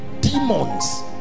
Demons